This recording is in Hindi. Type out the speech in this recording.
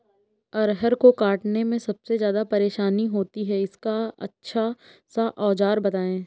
अरहर को काटने में सबसे ज्यादा परेशानी होती है इसका अच्छा सा औजार बताएं?